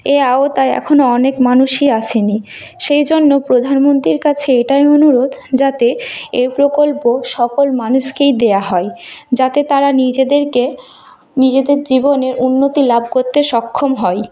এই আওতায় এখনও অনেক মানুষই আসেনি সেই জন্য প্রধানমন্ত্রীর কাছে এটাই অনুরোধ যাতে এ প্রকল্প সকল মানুষকেই দেওয়া হয় যাতে তারা নিজেদেরকে নিজেদের জীবনের উন্নতি লাভ করতে সক্ষম হয়